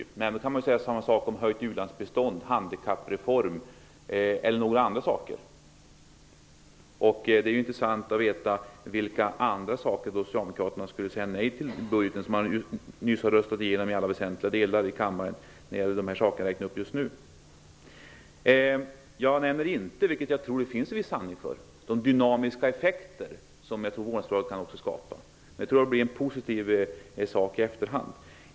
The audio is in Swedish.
Nej, men då kan man säga samma sak om höjt u-landsbistånd, handikappreform eller andra saker. Det skulle vara intressant att veta vilka andra saker i budgeten som Socialdemokraterna skulle säga nej till som de nyligen i alla väsentliga delar har röstat igenom i kammaren när det gäller det som jag räknade upp. Jag nämnde inte de dynamiska effekter som jag tror att vårdnadsbidraget kan skapa. Jag tror att det blir en positiv sak i efterhand.